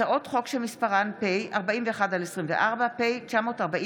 הצעות חוק שמספרן פ/41/24 ו-פ/940/24.